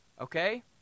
Okay